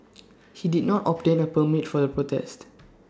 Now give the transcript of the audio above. he did not obtain A permit for the protests